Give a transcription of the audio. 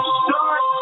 start